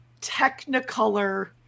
technicolor